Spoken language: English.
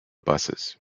buses